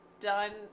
done